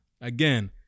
again